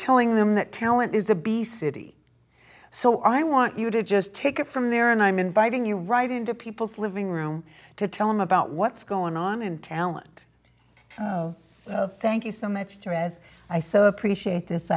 telling them that talent is obesity so i want you to just take it from there and i'm inviting you right into people's living room to tell them about what's going on in talent thank you so much to as i so appreciate this